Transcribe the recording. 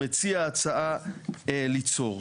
מציע הצעה ליצור.